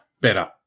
Better